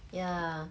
ya